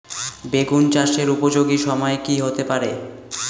বেগুন চাষের উপযোগী সময় কি হতে পারে?